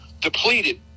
depleted